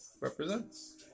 represents